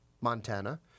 Montana